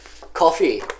coffee